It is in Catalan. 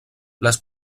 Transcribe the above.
les